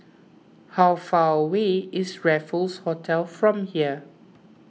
how far away is Raffles Hotel from here